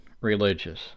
religious